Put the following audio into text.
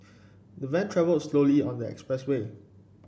the van travelled slowly on the expressway